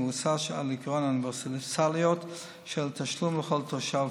המבוסס על עקרון האוניברסליות של תשלום לכל תושב,